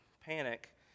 panic